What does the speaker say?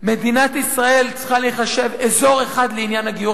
מדינת ישראל צריכה להיחשב אזור אחד לעניין הגיור.